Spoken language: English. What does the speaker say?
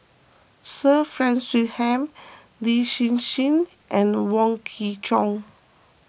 Sir Frank Swettenham Lin Hsin Hsin and Wong Kwei Cheong